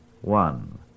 One